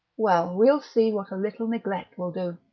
well, we'll see what a little neglect will do,